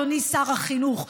אדוני שר החינוך,